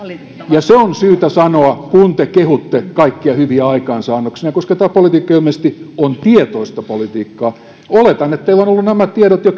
ja se on syytä sanoa kun te kehutte kaikkia hyviä aikaansaannoksianne koska tämä politiikka ilmeisesti on tietoista politiikkaa oletan että teillä on ollut jo